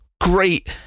great